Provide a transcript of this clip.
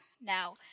Now